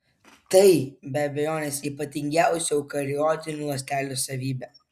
tai be abejonės ypatingiausia eukariotinių ląstelių savybė